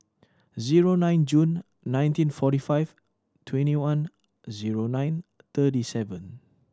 zero nine June nineteen forty five twenty one zero nine thirty seven